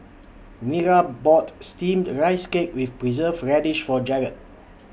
Nira bought Steamed Rice Cake with Preserved Radish For Jarrad